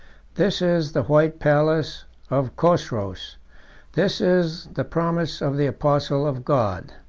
this is the white palace of chosroes this is the promise of the apostle of god!